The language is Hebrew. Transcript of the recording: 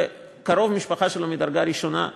וקרוב משפחה שלו מדרגה ראשונה בחוץ.